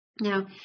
Now